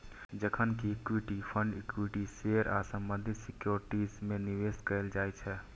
जखन कि equity fund equity share आ संबंधित सिक्योरिटीज मे निवेश कैल जाइ छै